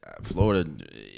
Florida